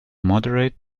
moderate